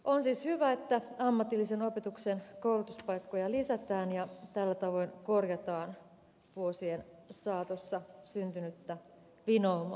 on siis hyvä että ammatillisen opetuksen koulutuspaikkoja lisätään ja tällä tavoin korjataan vuosien saatossa syntynyttä vinoumaa